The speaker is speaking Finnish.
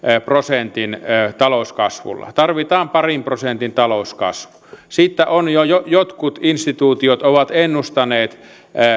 prosentin talouskasvulla tarvitaan parin prosentin talouskasvu jotkut instituutiot ovat jo ennustaneet